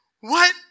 What